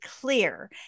clear